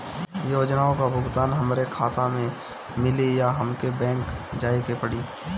योजनाओ का भुगतान हमरे खाता में मिली या हमके बैंक जाये के पड़ी?